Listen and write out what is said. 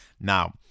now